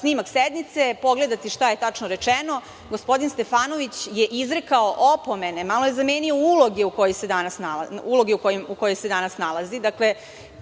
snimak sednice, pogledati šta je tačno rečeno. Gospodin Stefanović je izrekao opomene. Malo je zamenio uloge u kojoj se danas nalazi.